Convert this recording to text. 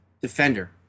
defender